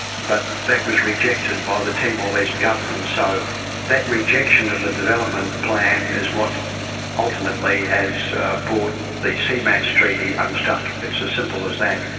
but that was rejected by the timor-leste government. so that rejection of the development plan is what ultimately has brought the cmats treaty unstuck, it's as simple as that.